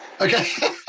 Okay